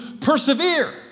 persevere